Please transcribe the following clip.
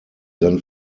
then